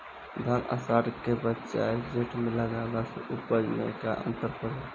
धान आषाढ़ के बजाय जेठ में लगावले से उपज में का अन्तर पड़ी?